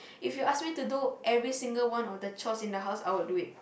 if you ask me to do every single one of the chores in the house I would do it